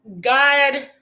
God